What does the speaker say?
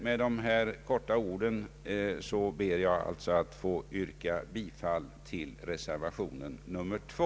Med detta korta anförande ber jag att få yrka bifall till reservation 2.